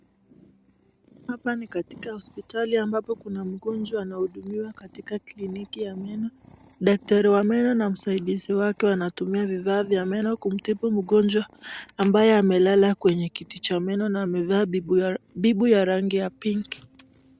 Hapa ni katika hospitali ambapo kuna mgonjwa anahudumiwa katika kliniki ya meno. Daktari wa meno na msaidizi wake wanatumia vifaa vya meno kumtibu mgonjwa ambaye amelala kwenye kiti cha meno na amevaa bibu ya rangi ya pinki.